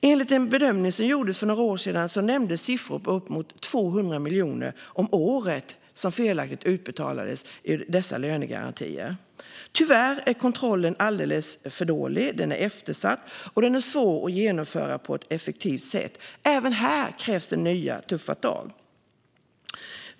I samband med en bedömning som gjordes för några år sedan nämndes att det var uppemot 200 miljoner om året som felaktigt utbetalades i lönegarantier. Tyvärr är kontrollen alldeles för dålig. Den är eftersatt, och den är svår att genomföra på ett effektivt sätt. Även här krävs det nya, tuffa tag.